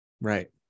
right